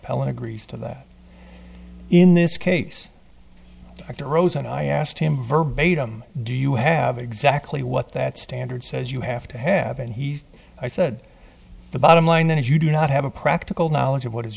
appellant agrees to that in this case i to roseanne i asked him verbatim do you have exactly what that standard says you have to have and he i said the bottom line is you do not have a practical knowledge of what is